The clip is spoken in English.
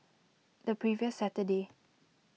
the previous saturday